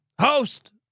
host